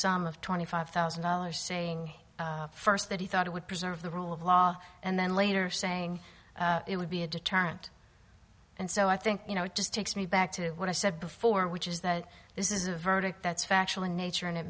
sum of twenty five thousand dollars saying first that he thought it would preserve the rule of law and then later saying it would be a deterrent and so i think you know it just takes me back to what i said before which is that this is a verdict that's factual in nature and it